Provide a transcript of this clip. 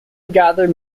gathered